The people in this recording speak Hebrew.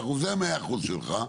ה-75% זה ה-100% שלך,